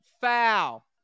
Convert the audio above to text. Foul